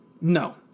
no